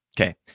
Okay